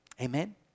Amen